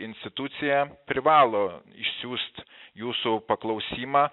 institucija privalo išsiųst jūsų paklausimą